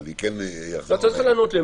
ואני כן --- אתה לא צריך לענות לי,